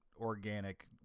organic